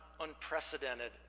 unprecedented